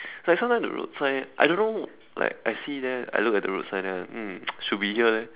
it's like sometime the road sign I don't know like I see then I look at the road sign then I mm should be here leh